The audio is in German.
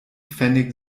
pfennig